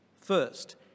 First